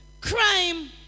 Crime